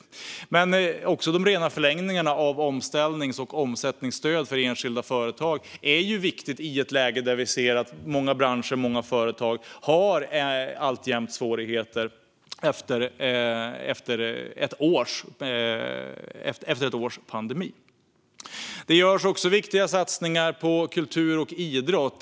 Även de rena förlängningarna av omställnings och omsättningsstöd för enskilda företag är viktiga i ett läge då vi ser att många branscher och företag efter ett års pandemi alltjämt har svårigheter. Viktiga satsningar görs också på kultur och idrott.